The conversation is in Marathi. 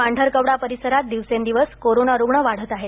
पांढरकवडा परिसरात दिवसेंदिवस कोरोना रुग्ण वाढत आहेत